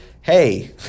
hey